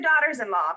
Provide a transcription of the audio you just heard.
daughters-in-law